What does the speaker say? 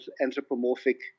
anthropomorphic